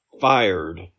fired